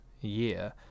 year